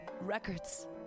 records